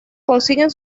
consiguen